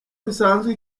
bisanzwe